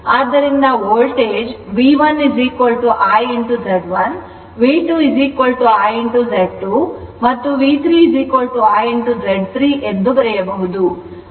ಆದ್ದರಿಂದ voltage V1 I Z1 V2 I Z2 ಮತ್ತು V3 I Z 3 ಎಂದು ಬರೆಯಬಹುದು